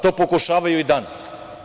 To pokušavaju i danas.